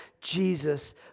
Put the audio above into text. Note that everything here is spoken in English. Jesus